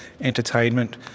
entertainment